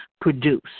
produce